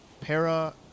Para